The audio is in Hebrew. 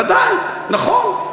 ודאי, נכון.